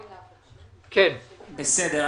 בסדר.